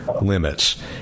limits